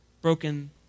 broken